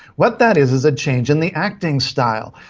what that is is a change in the acting style.